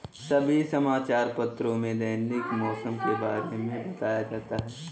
सभी समाचार पत्रों में दैनिक मौसम के बारे में बताया जाता है